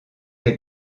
est